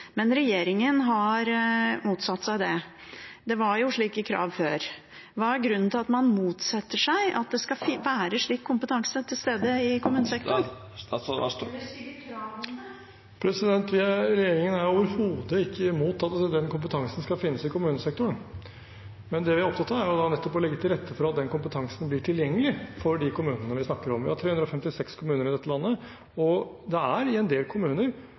men regjeringen har motsatt seg det. Det var slike krav før. Hva er grunnen til at man motsetter seg at det skal være slik kompetanse til stede i kommunesektoren, eller å stille krav om det? Regjeringen er overhodet ikke imot at den kompetansen skal finnes i kommunesektoren. Det vi er opptatt av, er nettopp å legge til rette for at den kompetansen blir tilgjengelig for de kommunene vi snakker om. Vi har 356 kommuner i dette landet, og det er i en del kommuner